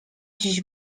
dziś